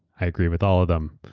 i agree with all of them.